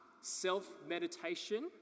self-meditation